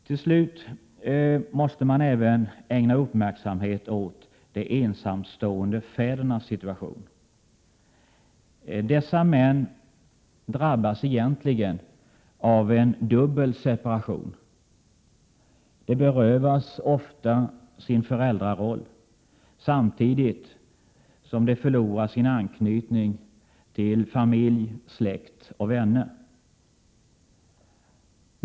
Till slut måste man ägna uppmärksamhet åt de ensamstående fädernas situation. Dessa män drabbas egentligen av en dubbel separation. De berövas ofta sin föräldraroll samtidigt som de förlorar sin anknytning till familj, släkt och vänner.